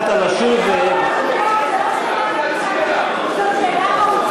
מתערב ואומר: לשאול שר מתי זה יעבור,